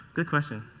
good question.